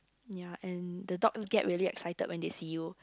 ya and the dog get really excited when they see you